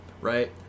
right